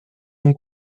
mon